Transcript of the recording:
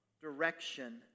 direction